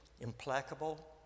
implacable